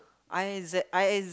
I Z I I S